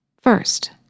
First